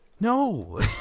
no